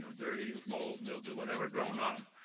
and dirty, mold, mildew, whatever growing on them.